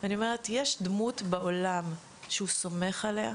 ואני אומרת: "יש בעולם דמות שהוא סומך עליה?